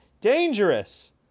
dangerous